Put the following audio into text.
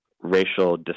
racial